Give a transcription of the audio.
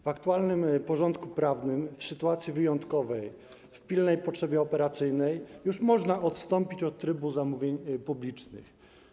W aktualnym porządku prawnym w sytuacji wyjątkowej, w pilnej potrzebie operacyjnej można odstąpić od trybu zamówień publicznych.